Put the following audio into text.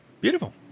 Beautiful